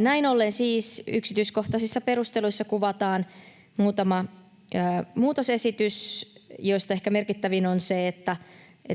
Näin ollen siis yksityiskohtaisissa perusteluissa kuvataan muutama muutosesitys, joista ehkä merkittävin on se, että